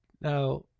Now